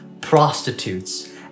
prostitutes